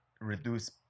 reduce